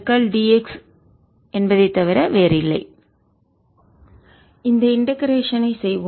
0cosθdθ0cosθsin θdθ 0θ|cos θ|d cos θ 1 11 X2XdX 111 X2XdX where Xcos θ இந்த இண்டெகரேஷன்ஒருங்கிணைப்பைஐ செய்வோம்